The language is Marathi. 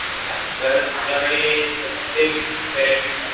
अच्छा तर माझ्याकडे त्याच्यामध्ये खूप व्हेरायटीज आहेत